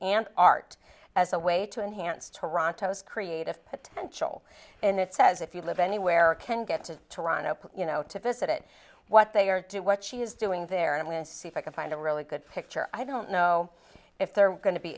and art as a way to enhance toronto's creative potential and it says if you live anywhere or can get to toronto you know to visit what they are to what she is doing there and list see if i can find a really good picture i don't know if they're going to be